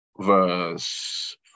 verse